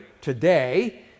today